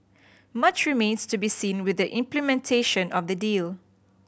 much remains to be seen with the implementation of the deal